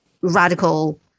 radical